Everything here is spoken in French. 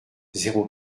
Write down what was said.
zéro